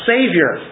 Savior